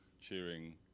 cheering